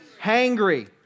Hangry